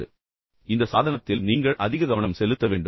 எனவே இந்த சாதனத்தில் நீங்கள் அதிக கவனம் செலுத்த வேண்டும்